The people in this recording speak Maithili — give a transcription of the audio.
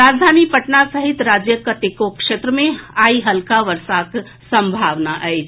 राजधानी पटना सहित राज्यक कतेको क्षेत्र मे आइ हल्का वर्षाक सम्भावना अछि